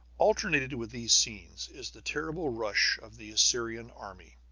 alternated with these scenes is the terrible rush of the assyrian army,